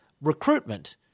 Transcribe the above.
recruitment